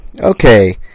Okay